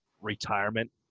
retirement